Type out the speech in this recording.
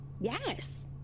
Yes